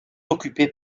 occupés